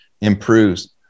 improves